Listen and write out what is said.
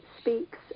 speaks